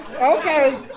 Okay